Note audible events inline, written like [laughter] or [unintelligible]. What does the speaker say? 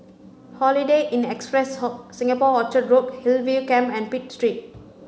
Holiday Inn Express [unintelligible] Singapore Orchard Road Hillview Camp and Pitt Street